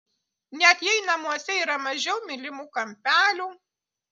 net jei namuose yra mažiau mylimų kampelių